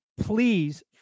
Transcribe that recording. Please